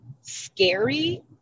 scary